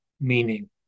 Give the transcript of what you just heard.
meaning